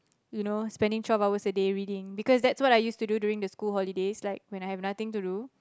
you know spending twelve hours a day reading because that's what I used to do during the school holidays like when I have nothing to do